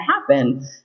happen